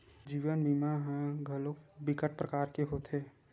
जीवन बीमा ह घलोक बिकट परकार के होथे